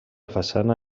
façana